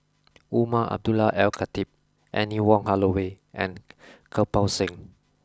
Umar Abdullah Al Khatib Anne Wong Holloway and Kirpal Singh